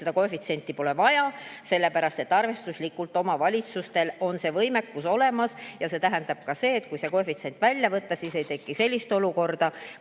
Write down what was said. seda koefitsienti pole vaja, sellepärast et arvestuslikult omavalitsustel on see võimekus olemas. Ja see tähendab ka seda, et kui see koefitsient välja võtta, siis ei teki sellist olukorda,